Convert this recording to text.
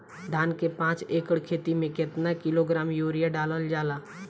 धान के पाँच एकड़ खेती में केतना किलोग्राम यूरिया डालल जाला?